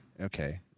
Okay